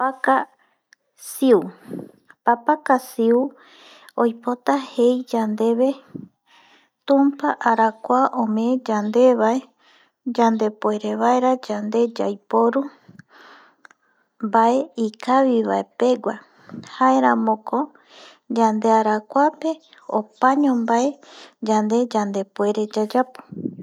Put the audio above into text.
Papka siu, papaka siu oipota jei yandeve tumpa arakua ome yande vae yande puere vaera yande yaiporu mbae ikaviva pegua jaeramoko yande arakuape opaño mbae yande yande puere yayapo